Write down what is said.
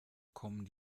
kommen